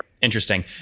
Interesting